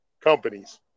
companies